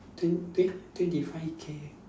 twen~ twen~ twenty five K